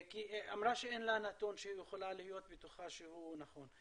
היא אמרה שאין לה נתון שהיא יכולה להיות בטוחה שהוא נכון.